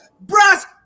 Brass